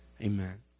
Amen